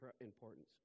importance